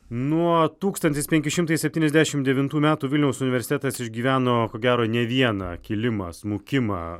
nuo tūkstantis penki šimtai septyniasdešim devintų metų vilniaus universitetas išgyveno ko gero ne vieną kilimą smukimą